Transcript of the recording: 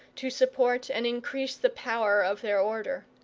to support and increase the power of their order.